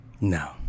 No